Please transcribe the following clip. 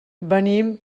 venim